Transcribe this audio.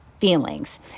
feelings